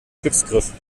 glücksgriff